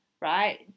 Right